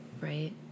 right